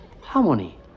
harmony